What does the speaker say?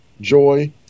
joy